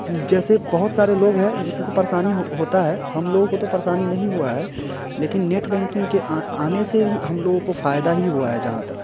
कि जैसे बहुत सारे लोग हैं जिनको परेशानी होती है हम लोगों को तो परेशानी नहीं हुआ है लेकिन नेट बैंकिंग के आ आने से हम लोगों को फ़ायदा ही हुआ है जहाँ तक